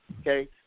Okay